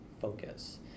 focus